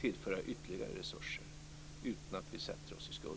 tillföra ytterligare resurser om detta inte räcker, utan att vi sätter oss i skuld.